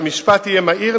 המשפט יהיה מהיר,